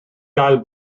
gael